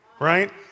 Right